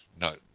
No